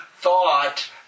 thought